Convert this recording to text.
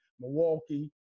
Milwaukee